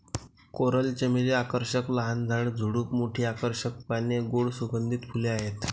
coral चमेली आकर्षक लहान झाड, झुडूप, मोठी आकर्षक पाने, गोड सुगंधित फुले आहेत